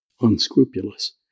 unscrupulous